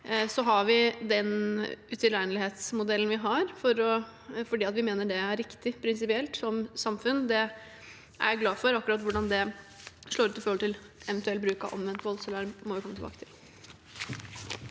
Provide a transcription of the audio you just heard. Vi har den utilregnelighetsmodellen vi har, fordi vi som samfunn mener det er prinsipielt riktig. Det er jeg glad for. Akkurat hvordan det slår ut i forhold til eventuell bruk av omvendt voldsalarm, må vi komme tilbake til.